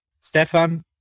Stefan